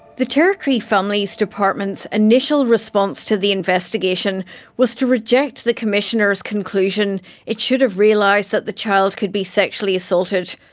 the territory families department's initial response to the investigation was to reject the commissioner's conclusion it should have realised that the child could be sexually assaulted.